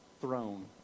throne